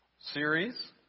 series